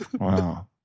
Wow